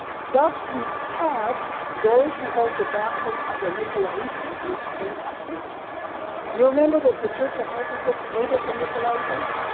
thus you have those who hold the doctrine of the nicolaitanes, which think i hate. do you remember that the church of ephesus hated the nicolaitans,